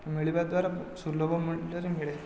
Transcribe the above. ମିଳିବା ଦ୍ଵାରା ସୁଲଭ ମୂଲ୍ୟରେ ମିଳେ